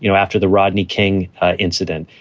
you know after the rodney king incident,